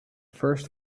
first